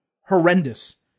horrendous